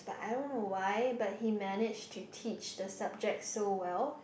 but I don't know why but he managed to teach the subject so well